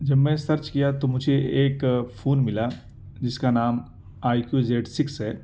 جب میں سرچ کیا تو مجھے ايک فون ملا جس کا نام آئى كيو زیڈ سیکس ہے